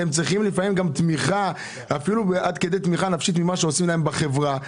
לפעמים עם צריכים תמיכה עד כדי תמיכה נפשית לאור מה שעושים להם בחברה.